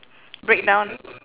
break down